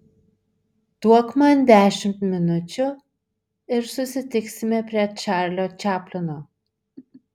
duok man dešimt minučių ir susitiksime prie čarlio čaplino